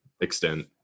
extent